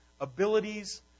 Abilities